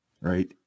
right